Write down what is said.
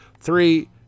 three